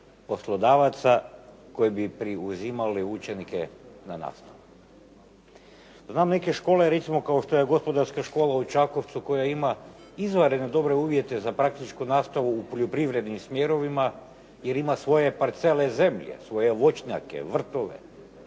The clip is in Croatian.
poslodavaca koji bi preuzimali učenike na nastavu. Znam neke škole recimo kao što je Gospodarska škola u Čakovcu koja ima izvanredno dobre uvjete za praktičku nastavu u poljoprivrednim smjerovima, jer ima svoje parcele zemlje, svoje voćnjake, vrtove,